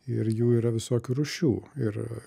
ir jų yra visokių rūšių ir